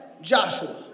Joshua